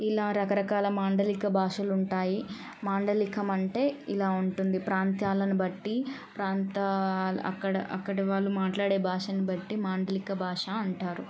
ఇలా రకరకాల మాండలిక భాషలు ఉంటాయి మాండలికం అంటే ఇలాంటి ప్రాంతాలను బట్టి ప్రాంతాల అక్కడ అక్కడి వాళ్ళు మాట్లాడే భాషను బట్టి మాండలిక భాష అంటారు